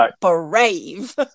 brave